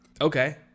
Okay